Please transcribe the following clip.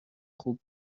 خوب